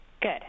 Good